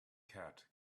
cat